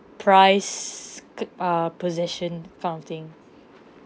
prize cu~ err possession kind of thing